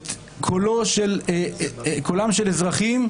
את קולם של אזרחים,